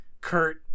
Kurt